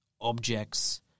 objects